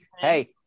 hey